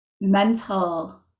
mental